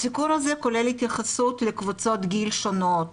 הסיקור הזה כולל התייחסות לקבוצות גיל שונות,